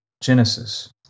Genesis